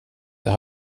det